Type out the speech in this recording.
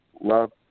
love